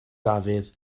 dafydd